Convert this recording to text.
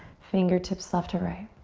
fingertips left to right.